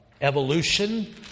evolution